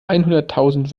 einhunderttausend